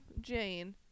Jane